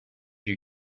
you